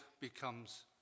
becomes